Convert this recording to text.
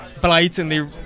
blatantly